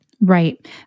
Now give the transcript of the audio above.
Right